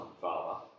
Father